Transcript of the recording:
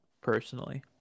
personally